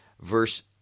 Verse